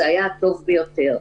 זה היה הטוב ביותר.